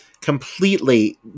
completely